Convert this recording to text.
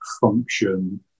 function